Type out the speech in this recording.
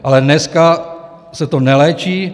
Ale dneska se to neléčí.